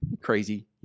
crazy